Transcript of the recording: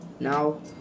Now